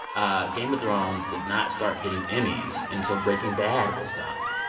ah game of thrones did not start getting emmys until breaking bad was done,